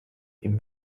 ihm